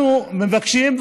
אנחנו מבקשים,